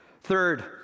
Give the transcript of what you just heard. Third